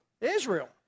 Israel